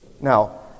Now